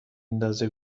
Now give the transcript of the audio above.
ندازه